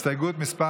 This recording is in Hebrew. הסתייגות מס'